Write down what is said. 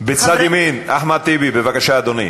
בצד ימין, אחמד טיבי, בבקשה, אדוני.